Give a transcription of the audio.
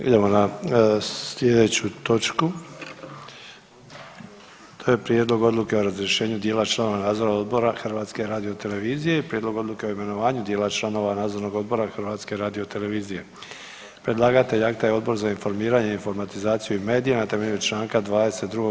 Idemo na sljedeću točku, to je - Prijedlog odluke o razrješenju dijela članova Nadzornog odbora HRT-a i - Prijedlog odluke o imenovanju dijela članova Nadzornog odbora HRT-a Predlagatelj akta je Odbor za informiranje, informatizaciju i medije na temelju čl. 22.